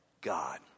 God